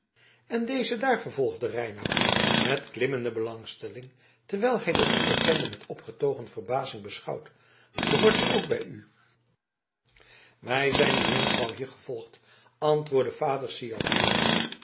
en deze daar vervolgde reinout met klimmende belangstelling terwijl hij de onbekende met opgetogen verbazing beschouwde behoort ze ook bij u wij zijn de jonkvrouw hier gevolgd antwoordde vader syard